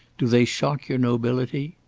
do they shock your nobility?